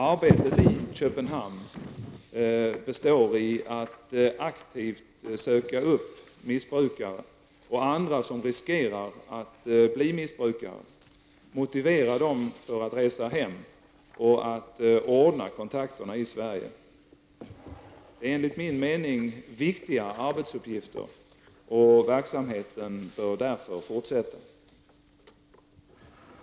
Arbetet i Köpenhamn består i att aktivt söka upp missbrukare och andra som riskerar att bli missbrukare, motivera dem att resa hem och att ordna kontakterna i Sverige. Det är enligt min mening viktiga arbetsuppgifter och verksamheten bör därför fortsätta.